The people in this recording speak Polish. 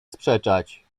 sprzeczać